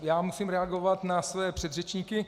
Já musím reagovat na své předřečníky.